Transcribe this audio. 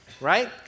right